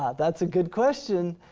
ah that's a good question.